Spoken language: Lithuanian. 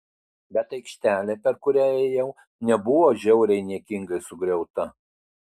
bet aikštelė per kurią ėjau nebuvo žiauriai niekingai sugriauta